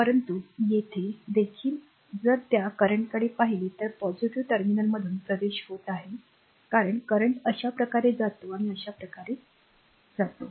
परंतु येथे देखील जर त्या करंटकडे पाहिले तर पॉझिटिव्ह टर्मिनलमधून प्रवेश होत आहे कारण करंट अशा प्रकारे जातो आणि अशा प्रकारे जातो